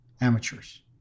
amateurs